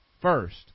first